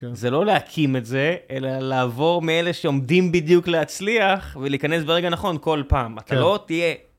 זה לא להקים את זה, אלא לעבור מאלה שעומדים בדיוק להצליח, ולהיכנס ברגע נכון כל פעם, אתה לא תהיה...